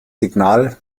signal